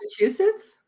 Massachusetts